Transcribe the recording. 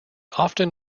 often